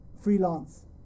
freelance